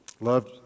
loved